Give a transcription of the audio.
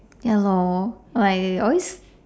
ya lor like always